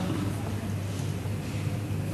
בבקשה, לרשותך עשר דקות.